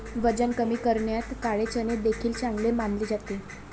वजन कमी करण्यात काळे चणे देखील चांगले मानले जाते